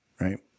right